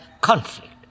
conflict